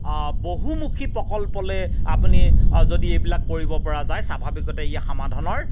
বহুমুখী প্ৰকল্পলে আপুনি যদি এইবিলাক কৰিব পৰা যায় স্বাভাৱিকতে ই সামাধানৰ